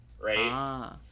right